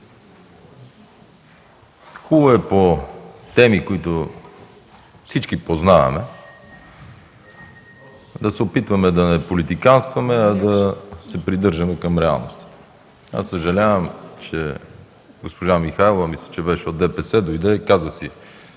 Хубаво е по теми, които всички познаваме, да се опитваме да не политиканстваме, а да се придържаме към реалностите. Съжалявам, че госпожа Михайлова от ДПС дойде, каза си